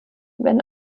wenn